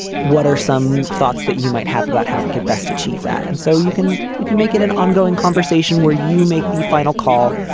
what are some thoughts that you might have about how we could best achieve that? and so you can you can make it an ongoing conversation where you make the final call.